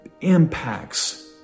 impacts